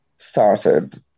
started